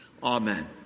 Amen